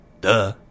Duh